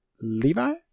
Levi